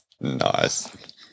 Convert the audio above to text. nice